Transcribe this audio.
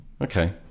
Okay